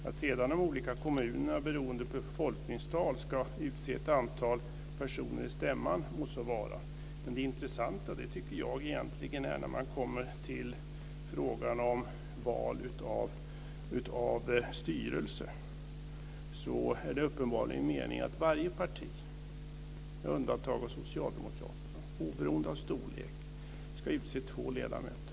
Att sedan olika kommuner, beroende på befolkningstal, ska utse ett antal personer i stämman må så vara, men det intressanta är frågan om val av styrelse. Det är uppenbarligen meningen att varje parti - med undantag av socialdemokraterna - oberoende av storlek ska utse två ledamöter.